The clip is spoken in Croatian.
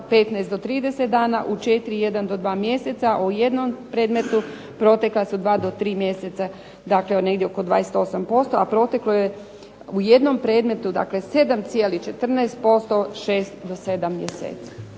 15 do 30 dana, u 4 1 do 2 mjesecu, u jednom predmetu protekla su 2 do 3 mjeseca dakle negdje oko 28%, a proteklo je u jednom predmetu dakle 7,14%, 6 do 7 mjeseci.